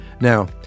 Now